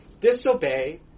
Disobey